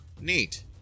neat